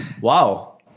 Wow